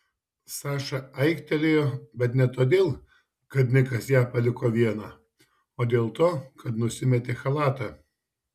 saša aiktelėjo bet ne todėl kad nikas ją paliko vieną o dėl to kad nusimetė chalatą